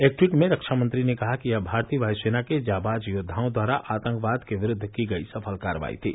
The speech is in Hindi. एक ट्वीट में रक्षामंत्री ने कहा कि यह भारतीय वायुसेना के जांबाज योद्वाओं द्वारा आतंकवाद के विरूद्व की गई सफल कार्रवाई थी